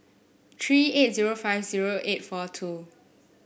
three eight zero five zero eight four two